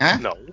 No